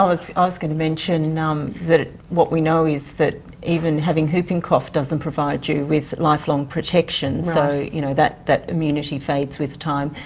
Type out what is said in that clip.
i was gonna mention um that what we know is that even having whooping cough doesn't provide you with lifelong protection, so you know that that immunity fades with time,